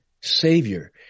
savior